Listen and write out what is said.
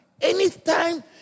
Anytime